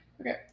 Okay